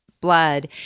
blood